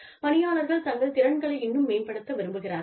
பணியாளர்கள் தங்கள் திறன்களை இன்னும் மேம்படுத்த விரும்புகிறார்கள்